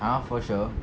ah for sure